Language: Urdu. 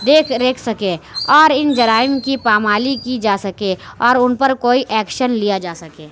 دیکھ ریکھ سکے اور اِن جرائم کی پامالی کی جا سکے اور اُن پر کوئی ایکشن لیا جا سکے